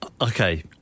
okay